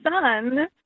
son